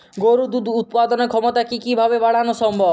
গরুর দুধ উৎপাদনের ক্ষমতা কি কি ভাবে বাড়ানো সম্ভব?